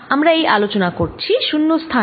আমরা এই আলোচনা করছি শুন্য স্থানে